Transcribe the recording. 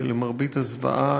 למרבית הזוועה,